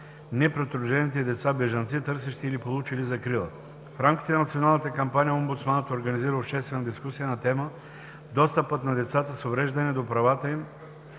непридружените деца-бежанци, търсещи или получили закрила“. В рамките на националната кампания омбудсманът организира обществена дискусия на тема „Достъпът на децата с увреждания до правата им